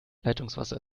leitungswasser